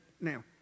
Now